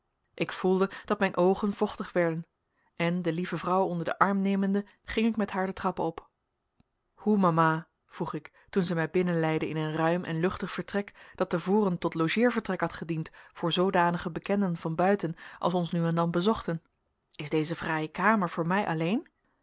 ik voelde dat mijn oogen vochtig werden en de lieve vrouw onder den arm nemende ging ik met haar de trappen op hoe mama vroeg ik toen zij mij binnenleidde in een ruim en luchtig vertrek dat te voren tot logeervertrek had gediend voor zoodanige bekenden van buiten als ons nu en dan bezochten is deze fraaie kamer voor mij alleen